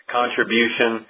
contribution